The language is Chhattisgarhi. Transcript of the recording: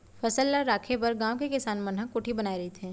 फसल ल राखे बर गाँव के किसान मन ह कोठी बनाए रहिथे